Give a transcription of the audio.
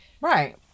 Right